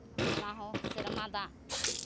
ᱚᱱᱟ ᱦᱚᱸ ᱥᱮᱨᱢᱟ ᱫᱟᱜ